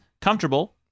comfortable